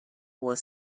were